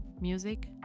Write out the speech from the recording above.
Music